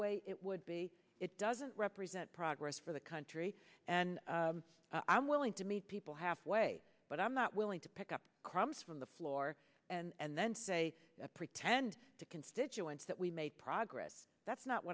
way it would be it doesn't represent progress for the country and i'm willing to meet people halfway but i'm not willing to pick up crumbs from the floor and then say pretend to constituents that we made progress that's not